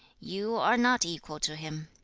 you are not equal to him.